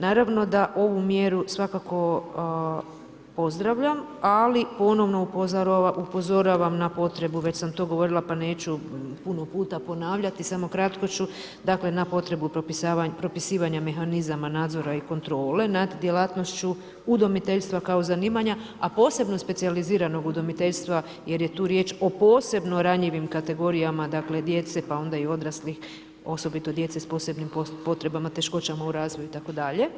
Naravno da ovu mjeru svakako pozdravljam, ali ponovno upozoravam na potrebu, već sam to govorila, pa neću puno puta ponavljati, samo kratko ću, dakle, na potrebu propisivanja mehanizama, nadzora i kontrole nad djelatnošću udomiteljstva kao zanimanja, a posebno specijaliziranog udomiteljstva jer je tu riječ o posebno ranjivim kategorijama djece, pa onda i odraslih, osobito djece s posebnim potrebama, teškoćama u razvoju itd.